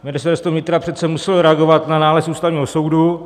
Ministerstvo vnitra přece muselo reagovat na nález Ústavního soudu.